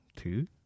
Two